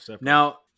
Now